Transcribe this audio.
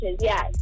yes